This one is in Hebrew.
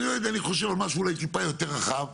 לא יודע אני חושב על משהו אולי טיפה יותר רחב.